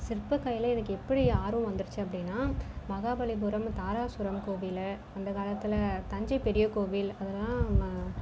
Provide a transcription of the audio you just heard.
சிற்ப கலையில் எனக்கு எப்படி ஆர்வம் வந்துருச்சு அப்படின்னா மகாபலிபுரம் தாராசுரம் கோவில் அந்த காலத்தில் தஞ்சை பெரிய கோவில் அதெல்லாம் நம்ம